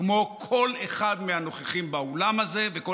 כמו כל אחד מהנוכחים באולם הזה וכל